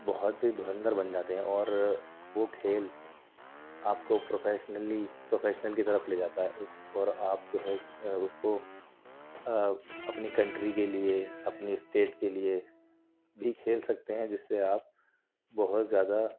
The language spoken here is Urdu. بہت دھرندر بن جاتے ہیں اور وہ کھیل آپ کو پروفیشنلی پروفیشنل کی طرف لے جاتا ہے اور آپ جو ہے اس کو اپنی کنٹری کے لئے اپنی اسٹیٹ کے لئے بھی کھیل سکتے ہیں جس سے آپ بہت زیادہ